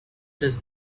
does